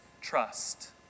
trust